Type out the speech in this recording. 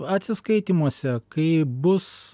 atsiskaitymuose kai bus